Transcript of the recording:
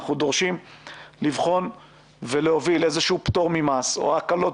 אנחנו דורשים לבחון ולהוביל איזשהו פטור ממס או הקלות